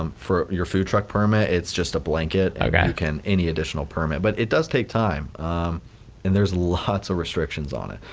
um for your food truck permit, it's just a blanket and you can, any additional permit but it does take time and there is lots of restrictions on it.